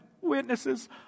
witnesses